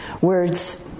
words